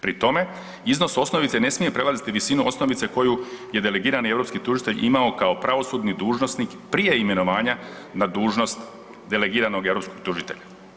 Pri tome, iznos osnovice ne smije prelaziti visinu osnovice koju je delegirani europski tužitelj imao kao pravosudni dužnosnik prije imenovanja na dužnost delegiranog europskog tužitelja.